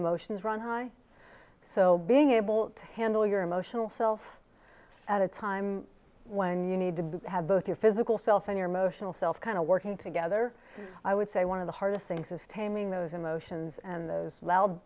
emotions run high so being able to handle your emotional self at a time when you need to have both your physical self and your emotional self kind of working together i would say one of the hardest things is taming those emotions and those